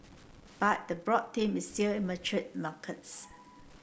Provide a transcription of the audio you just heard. but the broad is still mature markets